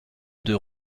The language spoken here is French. deux